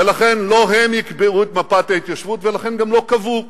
ולכן לא הם יקבעו את מפת ההתיישבות ולכן גם לא קבעו.